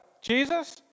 Jesus